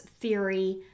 theory